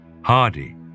Hardy